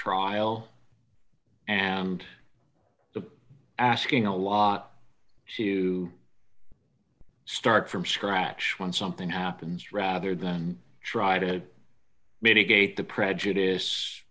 trial and the asking a lot to start from scratch when something happens rather than try to mitigate the prejudice